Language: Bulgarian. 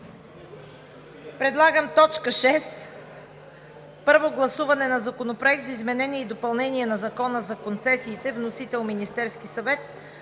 Предлагам точка шеста – Първо гласуване на Законопроекта за изменение и допълнение на Закона за концесиите, внесен от Министерския съвет,